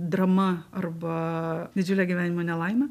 drama arba didžiulė gyvenimo nelaimė